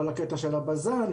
כל הקטע של הבז"ן,